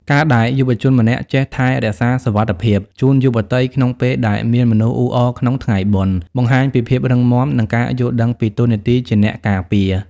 ការដែលយុវជនម្នាក់ចេះ "ថែរក្សាសុវត្ថិភាព" ជូនយុវតីក្នុងពេលដែលមានមនុស្សអ៊ូអរក្នុងថ្ងៃបុណ្យ បង្ហាញពីភាពរឹងមាំ និងការយល់ដឹងពីតួនាទីជាអ្នកការពារ។